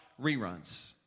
reruns